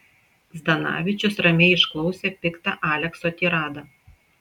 zdanavičius ramiai išklausė piktą alekso tiradą